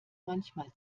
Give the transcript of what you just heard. manchmal